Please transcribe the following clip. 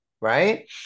right